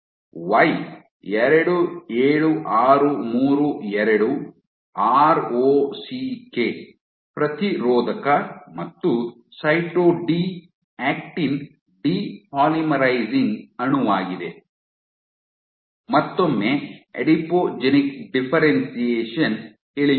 Y 27632 ROCK ಪ್ರತಿರೋಧಕ ಮತ್ತು cyto D actin depolymerising ಅಣುವಾಗಿದೆ ಮತ್ತೊಮ್ಮೆ ಅಡಿಪೋಜೆನಿಕ್ ಡಿಫ್ಫೆರೆನ್ಶಿಯೇಷನ್ ಇಳಿಯುತ್ತದೆ